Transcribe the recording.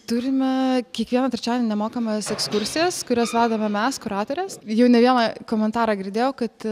turime kiekvieną trečiadienį nemokamas ekskursijas kurias vakarą mes kuratorės jau ne vieną komentarą girdėjo kad